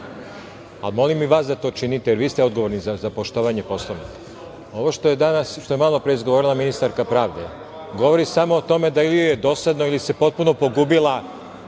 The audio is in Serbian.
a molim i vas da to činite jer vi ste odgovorni za poštovanje Poslovnika. Ovo što je danas, što je malopre izgovorila ministarka pravde govori samo o tome da ili joj je dosadno ili se potpuno pogubili.